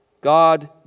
God